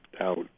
out